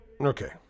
Okay